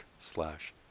slash